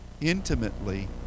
intimately